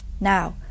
Now